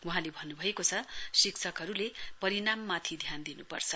वहाँले भन्न भएको छ शिक्षकहरूले परिणाममाथि ध्यान दिनुपर्छ